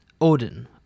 Odin